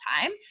time